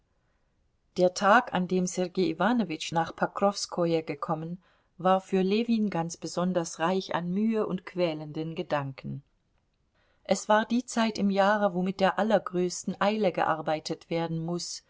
der tag an dem sergei iwanowitsch nach pokrowskoje gekommen war für ljewin ganz besonders reich an mühe und quälenden gedanken es war die zeit im jahre wo mit der allergrößten eile gearbeitet werden muß